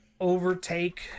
overtake